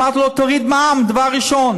אמרתי לו: תוריד מע"מ דבר ראשון.